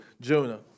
Jonah